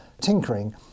tinkering